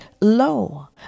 Lo